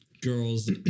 girls